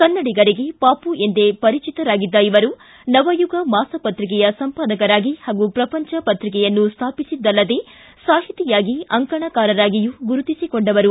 ಕನ್ನಡಿಗರಿಗೆ ಪಾಪು ಎಂದೇ ಪರಿಚಿತರಾಗಿದ್ದ ಇವರು ನವಯುಗ ಮಾಸ ಪ್ರತಿಕೆಯ ಸಂಪಾದಕರಾಗಿ ಹಾಗೂ ಪ್ರಪಂಚ ಪತ್ರಿಕೆಯನ್ನು ಸ್ವಾಪಿಸಿದ್ದಲ್ಲದೆ ಸಾಹಿತಿಯಾಗಿ ಅಂಕಣಕಾರರಾಗಿಯೂ ಗುರುತಿಸಿಕೊಂಡವರು